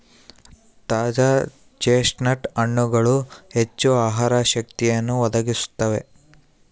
ತಾಜಾ ಚೆಸ್ಟ್ನಟ್ ಹಣ್ಣುಗಳು ಹೆಚ್ಚು ಆಹಾರ ಶಕ್ತಿಯನ್ನು ಒದಗಿಸುತ್ತವೆ